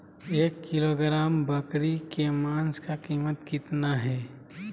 एक किलोग्राम बकरी के मांस का कीमत कितना है?